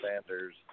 Sanders